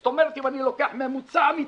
זאת אומרת שאם אני לוקח ממוצע אמיתי,